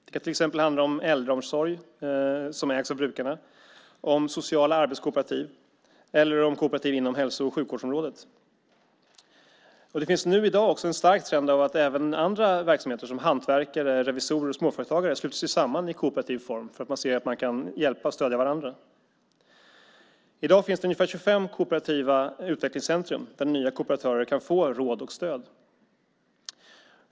Det kan till exempel handla om äldreomsorg som ägs av brukarna, om sociala arbetskooperativ eller om kooperativ inom hälso och sjukvårdsområdet. Det finns nu i dag också en stark trend av att även andra verksamheter, som hantverkare, revisorer och småföretagare, sluter sig samman i kooperativ form för att man ser att man kan hjälpa och stödja varandra. I dag finns det ungefär 25 kooperativa utvecklingscentrum där nya kooperatörer kan få råd och stöd.